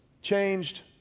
changed